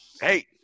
hey